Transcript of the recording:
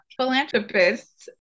Philanthropists